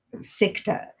sector